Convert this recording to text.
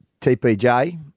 TPJ